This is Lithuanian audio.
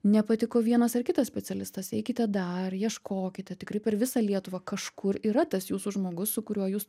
nepatiko vienas ar kitas specialistas eikite dar ieškokite tikrai per visą lietuvą kažkur yra tas jūsų žmogus su kuriuo jūs